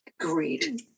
agreed